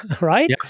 right